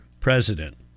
president